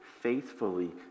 faithfully